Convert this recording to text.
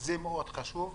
זה מאוד חשוב,